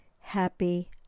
happy